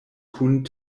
kun